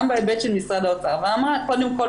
גם בהיבט של משרד האוצר,